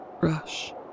Rush